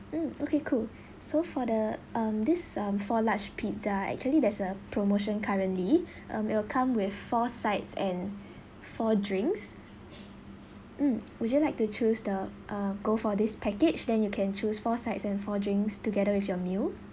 mm okay cool so for the um this um for large pizza actually there's a promotion currently um it'll come with four sides and four drinks mm would you like to choose the uh go for this package then you can choose four sides and four drinks together with your meal